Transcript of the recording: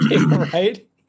right